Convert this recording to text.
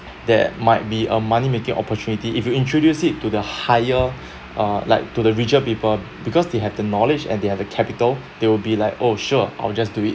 that might be a money making opportunity if you introduce it to the higher uh like to the richer people because they have the knowledge and they have the capital they will be like oh sure I'll just do it